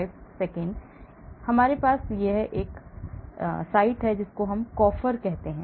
इसलिए हमारे पास यह है इसे Coffer कहा जाता है